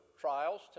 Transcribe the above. trials